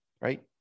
right